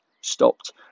stopped